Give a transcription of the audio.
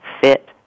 fit